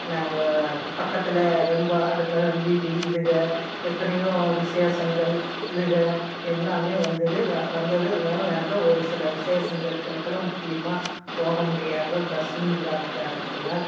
நாங்கள் பக்கத்தில் ரொம்ப அடுத்த வீதி இதுகள் எத்தனையோ விஷேசங்கள் இதுகள் எல்லாமே வந்தது வ வந்தது அதனால் நாங்கள் ஒரு சில விஷேசங்களுங்களுக்குலாம் முக்கியமாக போகமுடியாத பஸ்ஸும் இல்லாத காரணத்தினால்